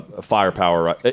firepower